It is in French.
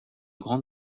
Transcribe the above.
grande